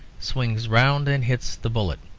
swings round and hits the bullet.